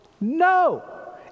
No